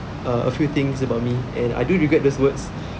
a a few things about me and I do regret those words